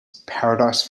paradise